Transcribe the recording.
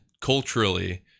culturally